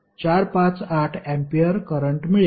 458 ampere current मिळेल